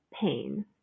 pain